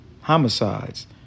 homicides